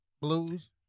Blues